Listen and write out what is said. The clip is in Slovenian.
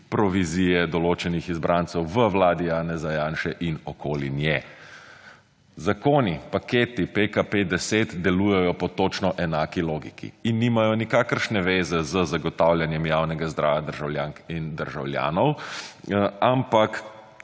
provizije določenih izbrancev v vladi Janeza Janše in okoli nje. Zakoni, paketi, PKP10, delujejo po točno enaki logiki in nimajo nikakršne veze z zagotavljanjem javnega zdravja državljank in državljanov, ampak